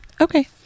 Okay